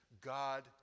God